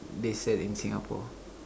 they sell in Singapore